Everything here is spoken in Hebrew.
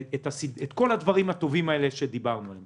כל הדברים הטובים שדיברנו עליהם.